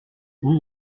vous